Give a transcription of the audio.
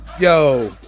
Yo